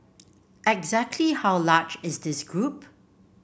exactly how large is this group